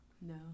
No